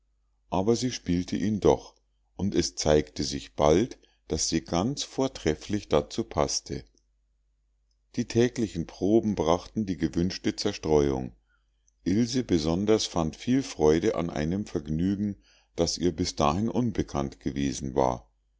aber sie spielte ihn doch und es zeigte sich bald daß sie ganz vortrefflich dazu paßte die täglichen proben brachten die gewünschte zerstreuung ilse besonders fand viel freude an einem vergnügen das ihr bis dahin unbekannt gewesen war